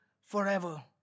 forever